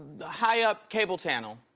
high up cable channel.